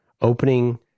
opening